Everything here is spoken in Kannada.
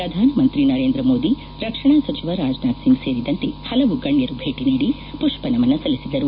ಪ್ರಧಾನಮಂತ್ರಿ ನರೇಂದ್ರ ಮೋದಿ ರಕ್ಷಣಾ ಸಚಿವ ರಾಜನಾಥ್ ಸಿಂಗ್ ಸೇರಿದಂತೆ ಹಲವು ಗಣ್ಣರು ಭೇಟ ನೀಡಿ ಪುಷ್ವನಮನ ಸಲ್ಲಿಸಿದರು